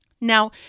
Now